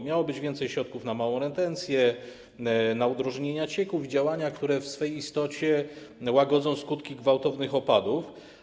Miało być więcej środków na małą retencję, na udrożnienie cieków i działania, które w swej istocie łagodzą skutki gwałtownych opadów.